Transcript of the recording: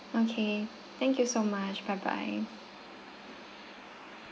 okay thank you so much bye bye